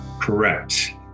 Correct